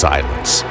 Silence